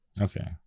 Okay